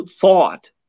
thought